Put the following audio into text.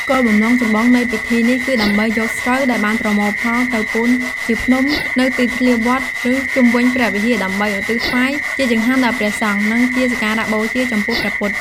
គោលបំណងចម្បងនៃពិធីនេះគឺដើម្បីយកស្រូវដែលបានប្រមូលផលទៅ ពូនជាភ្នំ នៅទីធ្លាវត្ត ឬជុំវិញព្រះវិហារដើម្បីឧទ្ទិសថ្វាយជាចង្ហាន់ដល់ព្រះសង្ឃ និងជាសក្ការបូជាចំពោះព្រះពុទ្ធ។